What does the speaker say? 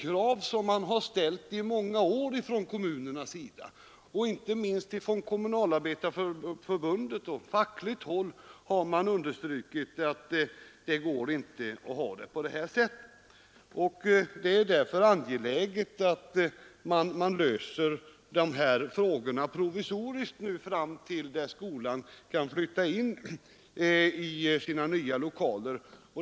Kravet på en sådan utbildning har ställts från kommunerna under många år. Man har inte minst från Kommunalarbetareförbundet och från fackligt håll i övrigt understrukit att det inte kan få fortsätta som hittills. Det är alltså angeläget att få en provisorisk lösning av denna fråga fram till dess att skolan kan flytta in i sina nya lokaler.